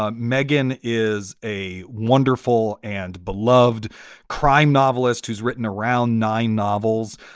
ah meghan is a wonderful and beloved crime novelist who's written around nine novels.